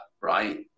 right